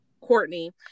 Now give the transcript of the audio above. courtney